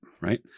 right